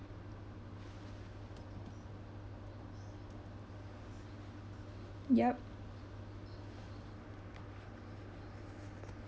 yup